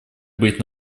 быть